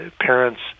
parents